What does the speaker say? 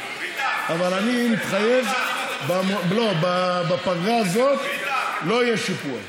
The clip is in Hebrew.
אבל אני מתחייב: בפגרה הזאת לא יהיה שיפוע.